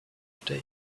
today